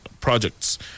projects